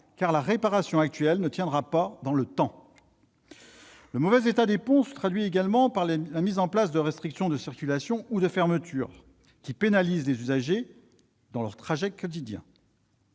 car la réparation actuelle ne tiendra pas dans le temps ». Le mauvais état des ponts se traduit également par des restrictions de circulation et des fermetures, qui pénalisent les usagers dans leurs trajets quotidiens.